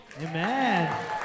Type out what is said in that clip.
amen